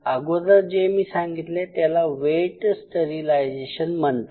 अगोदर जे मी सांगितले त्याला वेट स्टरीलायझेशन म्हणतात